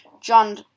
John